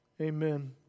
amen